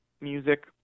music